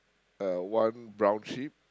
uh one brown sheep